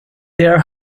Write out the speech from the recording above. their